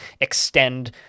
extend